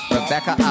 Rebecca